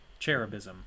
Cherubism